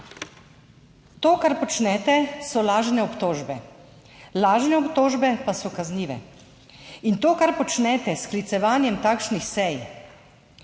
To, kar počnete, so lažne obtožbe. Lažne obtožbe pa so kaznive in to, kar počnete s sklicevanjem takšnih sej,